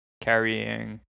carrying